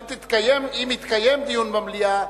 אם יתקיים דיון במליאה,